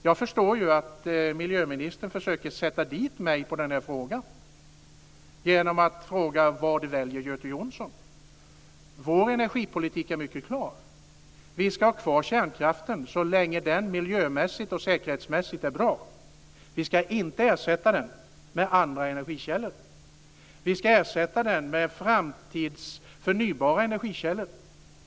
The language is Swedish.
Jag förstår ju att miljöministern försöker sätta dit mig med den där frågan genom att undra: Vad väljer Göte Jonsson? Vår energipolitik är mycket klar. Vi ska ha kvar kärnkraften så länge den miljömässigt och säkerhetsmässigt är bra. Vi ska inte ersätta den med dåliga energikällor. Vi ska ersätta den med förnybara energikällor.